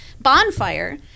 bonfire